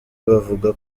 bavuga